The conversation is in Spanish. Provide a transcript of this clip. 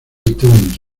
itunes